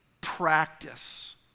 practice